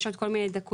יש עוד כל מיני דקויות,